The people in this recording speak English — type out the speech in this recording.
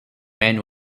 men